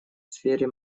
сфере